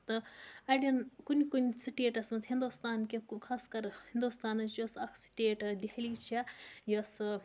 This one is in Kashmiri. تہٕ اَڑٮ۪ن کُنہِ کُنہِ سِٹیٹَس منٛز ہِنٛدوستان کہِ خاص کر ہِنٛدوستانٕچ یۄس اکھ سِٹیٹ دہلی چھےٚ یۄس